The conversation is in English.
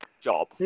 job